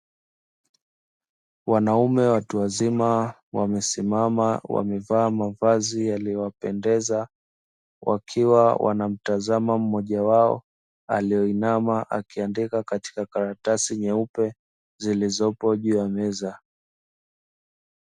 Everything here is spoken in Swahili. Wanaume watu wazima wamesimama wamevaa mavazi yaliyowapendeza, wakiwa wanamtazama mmoja wao aliyeinama akiandika katika karatasi nyeupe zilizopo juu ya meza.